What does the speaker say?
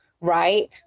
right